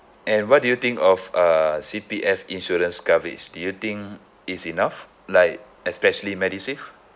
and what do you think of uh C_P_F insurance coverage do you think it's enough like especially medisave